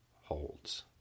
holds